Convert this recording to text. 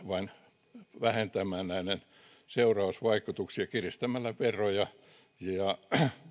vain vähentämään näiden seurausvaikutuksia kiristämällä veroja ja